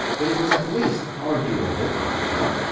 but it was at least arguable, i thought,